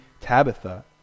Tabitha